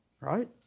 right